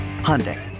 Hyundai